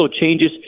changes